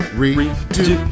redo